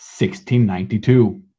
1692